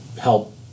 help